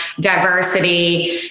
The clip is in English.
diversity